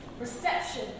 Reception